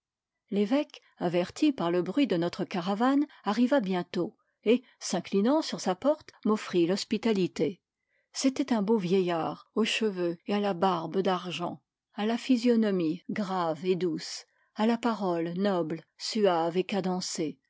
l'évêque averti par le bruit de notre caravane arriva bientôt et s'inclinant sur sa porte m'offrit l'hospitalité c'était un beau vieillard aux cheveux et à la barbe d'argent à la phy sionomie grave et douce à la parole noble suave et